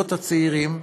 הזוגות הצעירים.